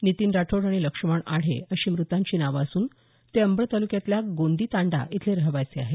नितीन राठोड आणि लक्ष्मण आढे अशी मृतांची नावं असून ते अंबड तालुक्यातल्या गोंदीतांडा इथले रहिवासी आहेत